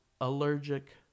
allergic